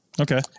Okay